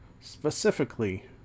specifically